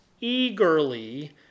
eagerly